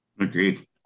agreed